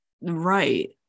Right